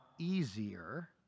easier